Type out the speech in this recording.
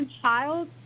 child